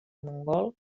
mongol